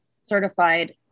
certified